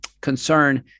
concern